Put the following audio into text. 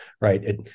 right